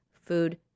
food